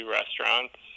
restaurants